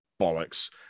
bollocks